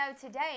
today